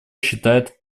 считает